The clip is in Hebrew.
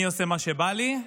אני עושה מה שבא לי.